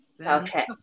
okay